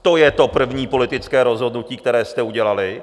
To je to první politické rozhodnutí, které jste udělali.